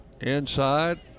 Inside